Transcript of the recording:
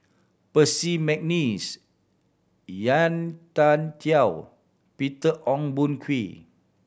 Percy McNeice Yan Tian Peter Ong Boon Kwee